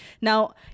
Now